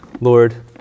Lord